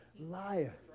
liar